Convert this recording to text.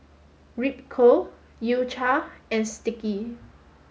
Ripcurl U Cha and Sticky